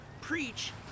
preach